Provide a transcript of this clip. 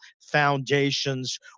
foundations